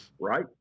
Right